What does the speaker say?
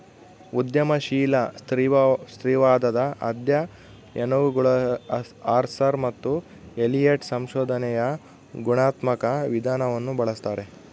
ಉದ್ಯಮಶೀಲ ಸ್ತ್ರೀವಾದದ ಅಧ್ಯಯನಗುಳಗಆರ್ಸರ್ ಮತ್ತು ಎಲಿಯಟ್ ಸಂಶೋಧನೆಯ ಗುಣಾತ್ಮಕ ವಿಧಾನವನ್ನು ಬಳಸ್ತಾರೆ